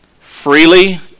freely